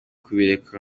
kubireka